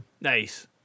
Nice